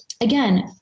again